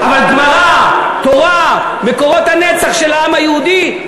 אבל גמרא, תורה, מקורות הנצח של העם היהודי?